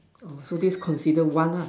orh so this consider one lah